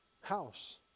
house